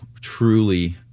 truly